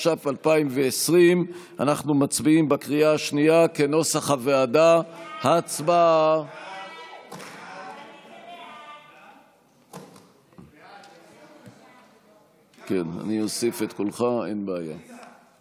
התש"ף 2020. סעיפים 1